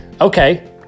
Okay